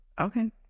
Okay